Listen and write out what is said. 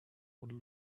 would